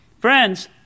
Friends